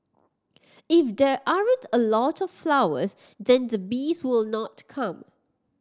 if there aren't a lot of flowers then the bees will not come